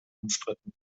umstritten